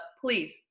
please